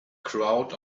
crowd